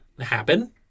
happen